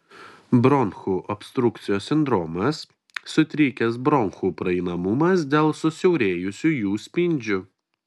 bronchų obstrukcijos sindromas sutrikęs bronchų praeinamumas dėl susiaurėjusių jų spindžių